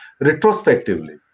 retrospectively